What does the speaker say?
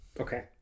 Okay